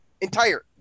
entire